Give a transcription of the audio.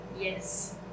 Yes